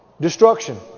Destruction